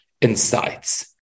insights